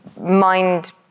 mind